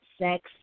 sex